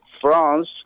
France